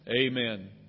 Amen